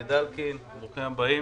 גם גדלקין, ברוכים הבאים.